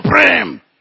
supreme